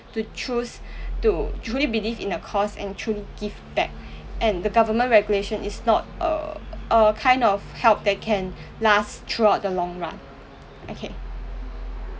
to choose to truly believe in a cause and truly give back and the government regulation is not err err kind of help that can last throughout the long run okay